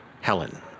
Helen